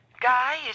Guy